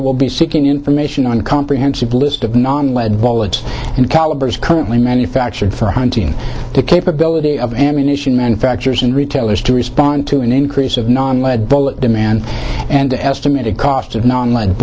it will be seeking information on a comprehensive list of non lead bullets and calibers currently manufactured for hunting the capability of ammunition manufacturers and retailers to respond to an increase of non lead bullet demand and the estimated cost of non l